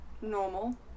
normal